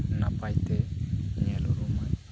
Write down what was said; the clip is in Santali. ᱱᱟᱯᱟᱭᱛᱮ ᱧᱮᱞ ᱩᱨᱩᱢᱟᱹᱧ